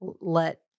let